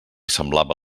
semblava